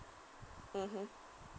mmhmm